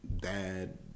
dad